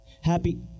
Happy